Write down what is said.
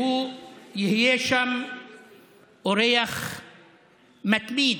והוא יהיה שם אורח מתמיד,